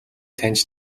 таньж